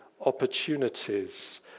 opportunities